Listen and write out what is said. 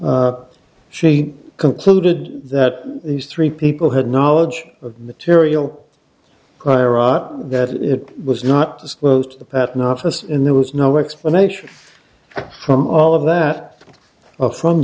she concluded that these three people had knowledge of material prior art that it was not disclosed to the patent office in there was no explanation from all of that of from